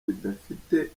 bidafite